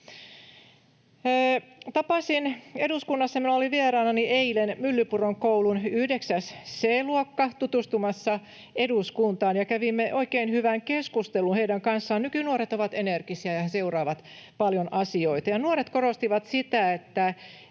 Tapasin eduskunnassa, minulla oli eilen vieraanani Myllypuron koulun 9C-luokka tutustumassa eduskuntaan, ja kävimme oikein hyvän keskustelun heidän kanssaan. Nykynuoret ovat energisiä, ja he seuraavat paljon asioita. Nuoret korostivat sitä,